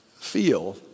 feel